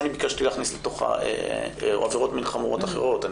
שאני ביקשתי להכניס לתוכה עבירות מיו חמורות אחרות.